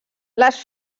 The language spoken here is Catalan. les